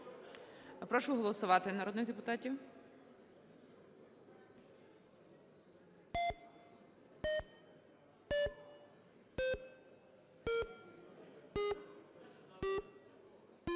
Прошу голосувати народних депутатів.